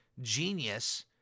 genius